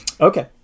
Okay